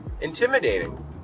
intimidating